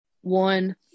one